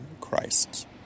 Christ